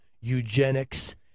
Eugenics